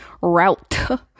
route